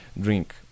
drink